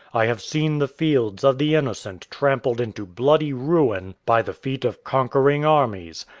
i have seen the fields of the innocent trampled into bloody ruin by the feet of conquering armies.